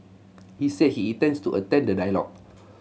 he said he intends to attend the dialogue